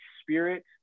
spirit